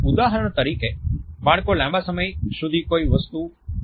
ઉદાહરણ તરીકે બાળકો લાંબા સમય સુધી કોઈ વસ્તુ જોવે છે